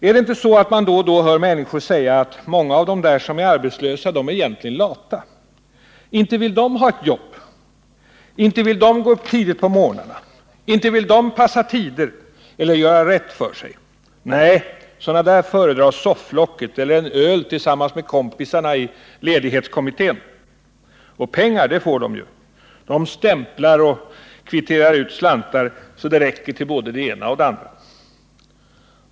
Är det inte så att man då och då hör människor säga att många av de där som är arbetslösa egentligen bara är lata? Inte vill de ha ett jobb, inte vill de gå upp tidigt på morgnarna, inte vill de passa tider eller göra rätt för sig! Nej, sådana där föredrar sofflocket eller en öl tillsammans med kompisarna i ledighetskommittén. Och pengar, det får de ju: de stämplar och kvitterar ut slantar så att det räcker till både det ena och det andra.